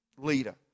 leader